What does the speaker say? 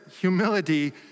humility